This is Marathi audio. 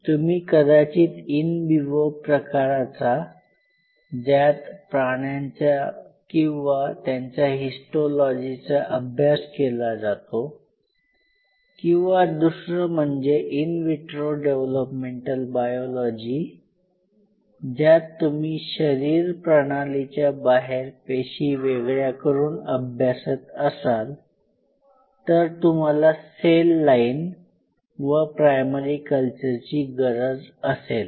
तुम्ही कदाचित इन विवो प्रकाराचा ज्यात प्राण्यांचा किंवा त्यांच्या हिस्टोलॉजीचा अभ्यास केला जातो किंवा दुसरं म्हणजे इन विट्रो डेव्हलपमेंटल बायोलॉजी ज्यात तुम्ही शरीर प्रणालीच्या बाहेर पेशी वेगळ्या करून अभ्यासत असाल तर तुम्हाला सेल लाईन व प्रायमरी कल्चरची गरज असेल